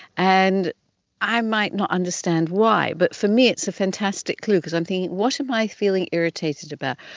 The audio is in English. and i might not understand why but for me it's fantastic clue because i'm thinking what am i feeling irritated about,